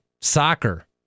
soccer